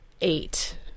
Eight